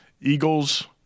Eagles